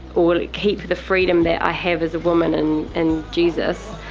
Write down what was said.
or keep the freedom that i have as a woman in and jesus,